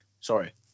sorry